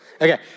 Okay